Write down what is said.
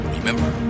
Remember